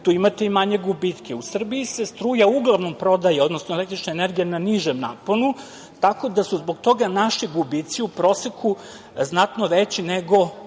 tu imate i manje gubitke.U Srbiji se struja uglavnom prodaje, odnosno električna energija na nižem naponu, tkao da su zbog toga naši gubici u proseku znatno veći nego